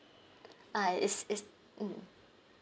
I is is mm